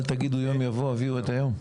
אל תגידו יום יבוא, הביאו את היום.